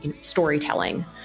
storytelling